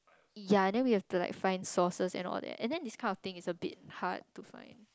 ya then we have to like find sources and all that and then this kind of thing is like a bit hard to find